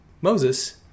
Moses